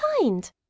kind